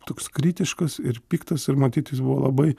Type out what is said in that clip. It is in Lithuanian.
toks kritiškas ir piktas ir matyt jis buvo labai